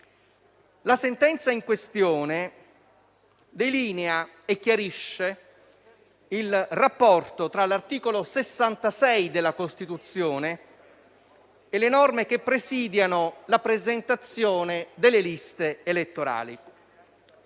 La sentenza in questione delinea e chiarisce il rapporto tra l'articolo 66 della Costituzione e le norme che presidiano la presentazione delle liste elettorali.